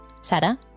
Sarah